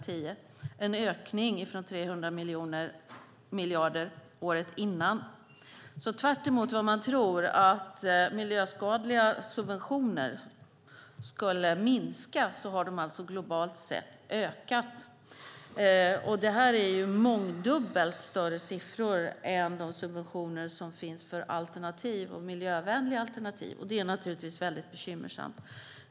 Det är en ökning från 300 miljarder året innan. Tvärtemot vad man tror, att miljöskadliga subventioner skulle minska, har de alltså globalt sett ökat. Det här är mångdubbelt större siffror än de subventioner som finns för miljövänliga alternativ. Det är naturligtvis bekymmersamt.